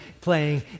playing